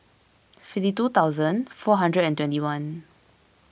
fifty two thousand four hundred and twenty one